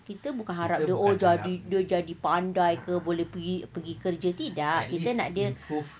kita bukan harap dia oh jadi dia jadi pandai ke boleh pergi kerja tidak kita nak dia improve